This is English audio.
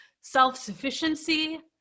self-sufficiency